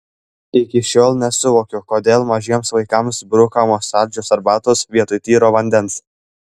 iki šiol nesuvokiu kodėl mažiems vaikams brukamos saldžios arbatos vietoj tyro vandens